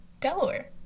delaware